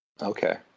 Okay